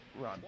run